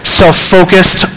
self-focused